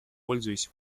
пользуясь